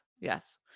Yes